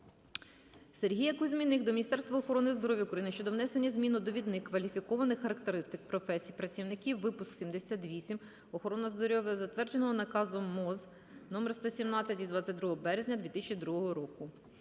Сергія Кузьміних до Міністерства охорони здоров'я України щодо внесення змін у Довідник кваліфікованих характеристик професій працівників, випуск 78, охорона здоров'я, затвердженого наказом МОЗ № 117 від 22 березня 2002 року.